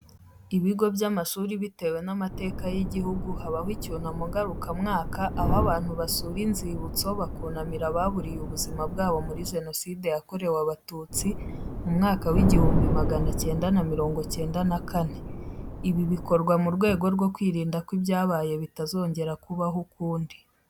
Ibigo by'amashuri bitewe n'amateka y'igihugu habaho icyunamo ngarukamwaka aho abantu basura inzunamo bakunamira ababuriye ubuzima bwabo muri jenoside yakorewe abatutsi mu mwaka w'igihumbi magana icyenda na mirongo cyenda na kane. Ibi bikorwa mu rwego rwo kwirinda ko ibyabaye bitazongera kubaho ukundi.